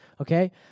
okay